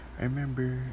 remember